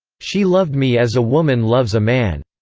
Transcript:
she loved me as a woman loves a man!